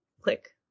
click